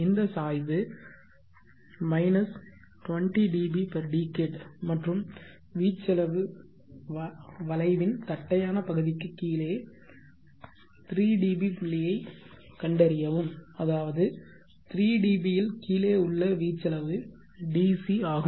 இந்த சாய்வு 20 dB decade மற்றும் வீச்சளவு வளைவின் தட்டையான பகுதிக்குக் கீழே 3dB புள்ளியைக் கண்டறியவும் அதாவது 3 dB இல் கீழே உள்ள வீச்சளவு DC ஆகும்